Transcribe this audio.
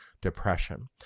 depression